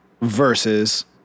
versus